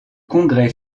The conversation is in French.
congrès